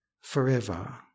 forever